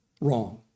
wrong